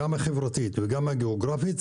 גם החברתית וגם הגיאוגרפית,